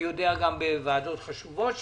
אני יודע שגם בוועדות חשובות יש,